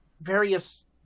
various